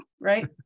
right